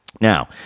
Now